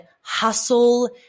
hustle